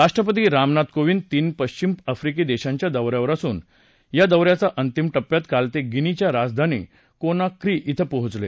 राष्ट्रपति रामनाथ कोविंद तीन पश्चिम अफ्रीकी देशांच्या दौऱ्यावर असून या दौऱ्याच्या अंतिम टप्प्यात काल ते गिनीची राजधानी कोना क्री इथं पोहचले